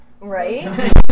Right